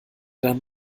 dann